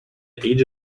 age